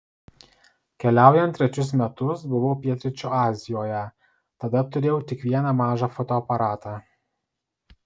keliaujant trečius metus buvau pietryčių azijoje tada turėjau tik vieną mažą fotoaparatą